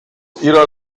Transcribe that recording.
ihrer